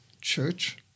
church